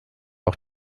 auch